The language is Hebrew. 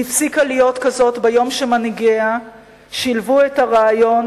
היא הפסיקה להיות כזאת ביום שמנהיגיה שילבו את הרעיון